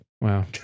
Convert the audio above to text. Wow